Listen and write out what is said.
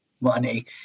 money